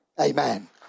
Amen